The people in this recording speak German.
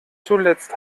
zuletzt